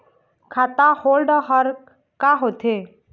खाता होल्ड हर का होथे?